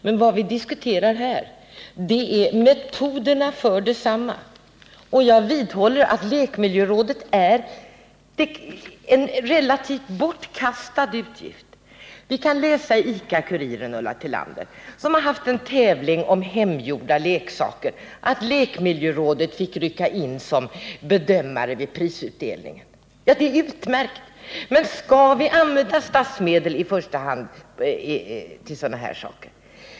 Men vad vi diskuterar här är metoderna för att uppnå detta, och jag vidhåller att utgiften för lekmiljörådet relativt sett är bortkastad. Vi kan, Ulla Tillander, läsa i ICA-Kuriren, som har haft en tävling om hemmagjorda leksaker, att lekmiljörådet fick rycka in som bedömare vid prisutdelningen. Ja, det är utmärkt. Men skall vi använda statsmedel till i första hand sådana här saker?